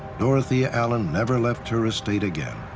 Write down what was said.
dorothea allen never left her estate again.